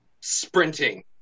sprinting